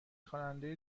خواننده